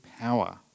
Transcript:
power